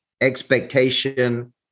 expectation